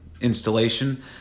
installation